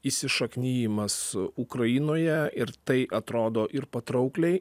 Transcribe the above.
įsišaknijimas ukrainoje ir tai atrodo ir patraukliai